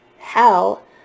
hell